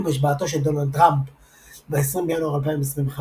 עם השבעתו של דונלד טראמפ ב-20 בינואר 2025,